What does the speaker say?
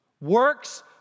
Works